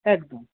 একদম